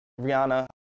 Rihanna